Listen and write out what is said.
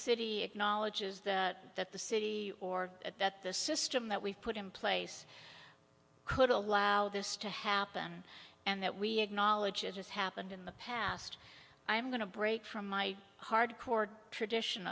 city acknowledges the that the city or at that the system that we've put in place could allow this to happen and that we acknowledge as has happened in the past i'm going to break from my hardcore tradition